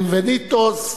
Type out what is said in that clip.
Bienvenidos,